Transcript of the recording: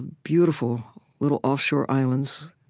beautiful little offshore islands,